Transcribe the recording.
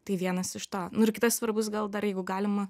tai vienas iš to nu ir kitas svarbus gal dar jeigu galima